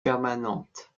permanente